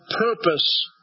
purpose